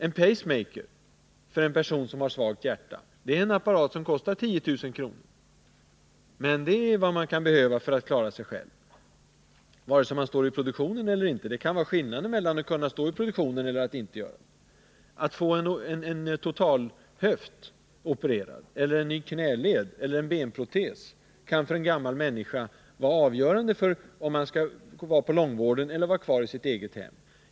En pacemaker för en person som har svagt hjärta är en apparat som kostar omkring 10 000 kr. Men det är vad man kan behöva för att kunna klara sig själv, vare sig man står i produktionen eller inte. Det kan innebära skillnaden mellan att kunna stå i produktionen och att inte kunna det. Att få en total höftoperation gjord eller att få en ny knäled eller en benprotes kan för en gammal människa vara avgörande för om han skall vara på långvården eller vara kvar i sitt eget hem.